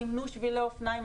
סימנו שבילי אופניים,